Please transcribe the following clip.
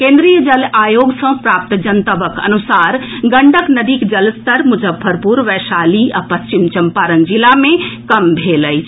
केन्द्रीय जल आयोग सँ प्राप्त जनतबक अनुसार गंडक नदीक जलस्तर मुजफ्फरपुर वैशाली आ पश्चिम चम्पारण जिला मे कम भेल अछि